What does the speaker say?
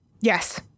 Yes